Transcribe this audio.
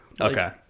Okay